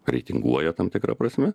reitinguoja tam tikra prasme